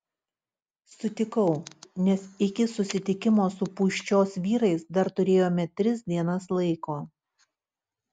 sutikau nes iki susitikimo su pūščios vyrais dar turėjome tris dienas laiko